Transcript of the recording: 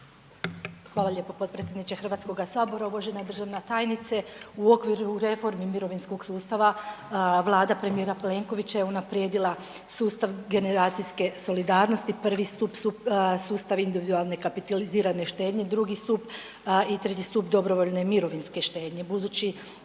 Hvala lijepo potpredsjedniče Hrvatskoga sabora. Uvažena državna tajnice u okviru reformi mirovinskog sustava Vlada premijera Plenkovića je unaprijedila sustav generacijske solidarnosti. Prvi stup su sustav individualne kapitalizirane štednje, drugi stup i treći stup dobrovoljne mirovinske štednje.